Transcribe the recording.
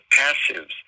passives